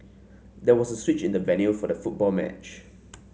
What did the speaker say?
there was a switch in the venue for the football match